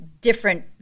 different